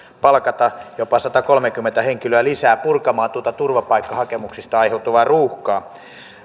palkata jopa satakolmekymmentä henkilöä lisää purkamaan tuota turvapaikkahakemuksista aiheutuvaa ruuhkaa